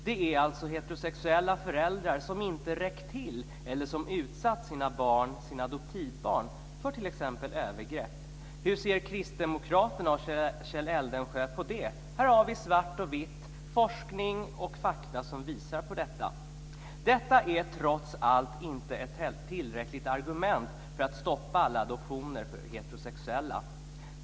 Det är alltså heterosexuella föräldrar som inte räckt till eller som utsatt sina adoptivbarn för t.ex. övergrepp. Hur ser kristdemokraterna och Kjell Eldensjö på det? Här har vi svart på vitt, forskning och fakta, som visar på det. Detta är trots allt inte tillräckligt argument för att stoppa alla adoptioner för heterosexuella.